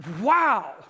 wow